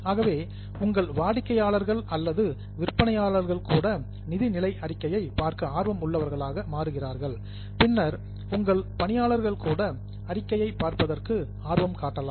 ஆகவே உங்கள் வாடிக்கையாளர்கள் அல்லது உங்கள் விற்பனையாளர்கள் கூட நிதிநிலை அறிக்கையை பார்க்க ஆர்வம் உள்ளவர்களாக மாறுகிறார்கள் பின்னர் உங்கள் பணியாளர்கள் கூட அறிக்கையை பார்ப்பதற்கு ஆர்வம் காட்டலாம்